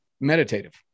meditative